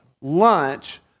lunch